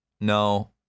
No